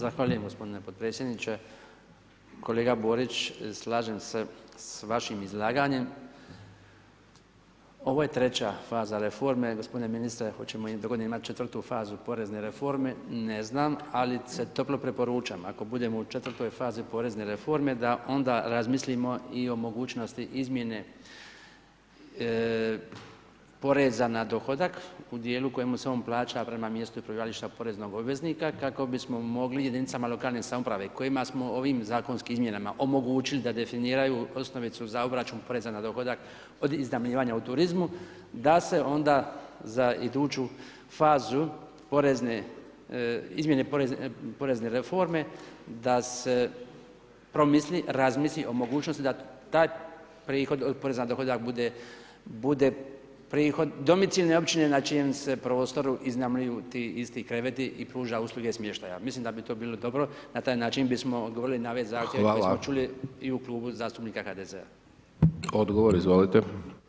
Zahvaljujem gospodine podpredsjedniče, kolega Borić slažem se s vašim izlaganjem, ovo je treća faza reforme gospodine ministre hoćemo i do godine imat četvrtu fazu porezne reforme, ne znam, ali se toplo preporučam, ako budemo u četvrtoj fazi porezne reforme da onda razmislimo i o mogućnosti izmjene poreza na dohodak u dijelu u kojemu se on plaća prema mjestu prebivališta poreznog obveznika kako bismo mogli jedinicama lokalne samouprave kojima smo ovim zakonskim izmjenama omogućili da definiraju osnovicu za obračun poreza na dohodak od iznajmljivanja u turizmu da se onda za iduću fazu porezne izmjene porezne reforme da se promisli, razmisli o mogućnosti da taj prihod od poreza na dohodak bude prihod domicilne općine na čijem se prostotu iznajmljuju ti isti kreveti i pruža usluge smještaja, mislim da bi to bilo dobro, na taj način bismo odgovorili na ove zahtjeve koji smo čuli i u Klubu zastupnika HDZ-a.